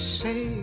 say